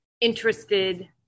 interested